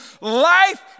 life